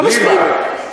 ליבה.